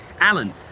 Alan